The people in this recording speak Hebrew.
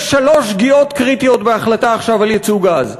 יש שלוש שגיאות קריטיות בהחלטה עכשיו על ייצוא גז.